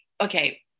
okay